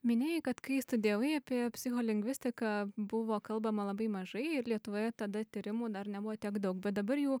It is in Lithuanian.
minėjai kad kai studijavai apie psicholingvistiką buvo kalbama labai mažai ir lietuvoje tada tyrimų dar nebuvo tiek daug bet dabar jau